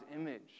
image